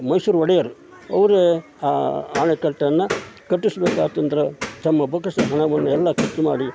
ಮೈಸೂರು ಒಡೆಯರ್ ಅವ್ರು ಆ ಅಣೆಕಟ್ಟನ್ನು ಕಟ್ಟಿಸ್ಬೇಕಾಯ್ತಂದ್ರೆ ತಮ್ಮ ಬೊಕ್ಕಸದ ಹಣವನ್ನೆಲ್ಲ ಖರ್ಚು ಮಾಡಿ